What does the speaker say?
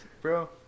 bro